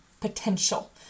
potential